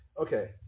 Okay